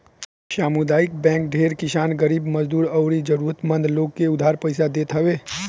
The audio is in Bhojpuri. सामुदायिक बैंक ढेर किसान, गरीब मजदूर अउरी जरुरत मंद लोग के उधार पईसा देत हवे